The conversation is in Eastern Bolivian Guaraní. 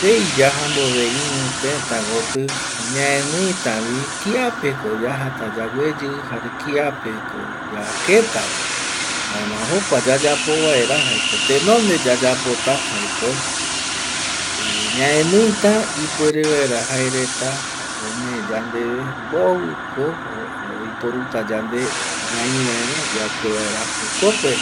Ndei yaja mbove iru tëta koti ñaeniitavi kiapeko yajata yagueyi jare kiapeko yaketava jaema jokua yayapo vaera tenonde yayapota jaeko ñaeniita ipuere vaera jaereta ome yandeve mboviko oiporuta yande ñai vaera yake vaera jokope